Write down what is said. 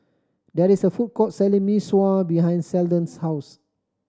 there is a food court selling Mee Sua behind Seldon's house